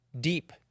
deep